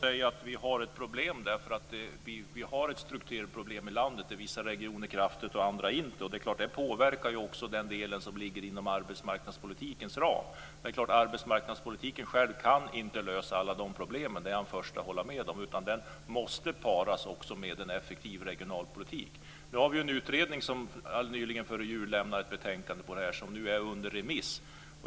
Fru talman! Vi har ett problem. Vi har ett strukturproblem i landet, där vissa regioner växer kraftigt och andra inte. Det påverkar också den del som ligger inom arbetsmarknadspolitikens ram. Men det är klart att arbetsmarknadspolitiken inte kan lösa alla de problemen. Det är jag den förste att hålla med om. Den måste paras med en effektiv regionalpolitik. Nu lade en utredning fram ett betänkande strax före jul som nu är under remiss.